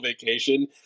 vacation